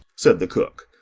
said the cook.